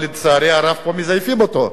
אבל לצערי הרב פה מזייפים אותה.